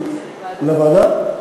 לוועדה?